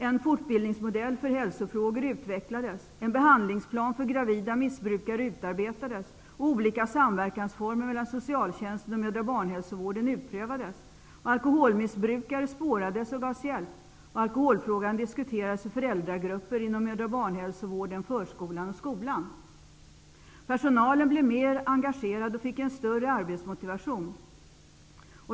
En fortbildningsmodell för hälsofrågor utvecklades, en behandlingsplan för gravida missbrukare utarbetades, olika samverkansformer mellan socialtjänsten och mödra och barnhälsovården utprövades, alkoholmissbrukare spårades och gavs hjälp, alkoholfrågan diskuterades i föräldragrupper inom mödra och barnhälsovården, förskolan och skolan. Personalen blev mer engagerad och fick en större arbetsmotivation.